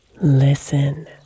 Listen